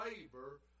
labor